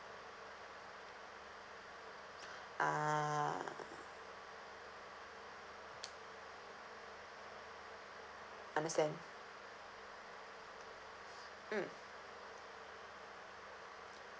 uh understand mm